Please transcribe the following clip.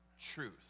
truth